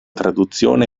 traduzione